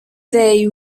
they